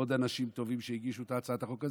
ועוד אנשים טובים הגישו את הצעת החוק,